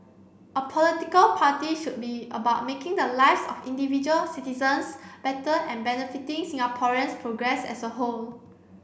a political party should be about making the lives of individual citizens better and benefiting Singaporeans progress as a whole